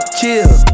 chill